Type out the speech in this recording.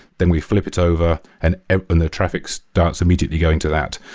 then we flip it over and and the traffic starts immediately going to that.